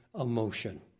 emotion